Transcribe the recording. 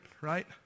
right